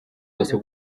wose